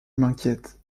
m’inquiète